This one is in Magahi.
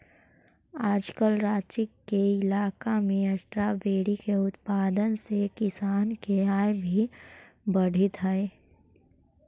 आजकल राँची के इलाका में स्ट्राबेरी के उत्पादन से किसान के आय भी बढ़ित हइ